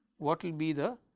what will be the